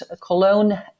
Cologne